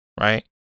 right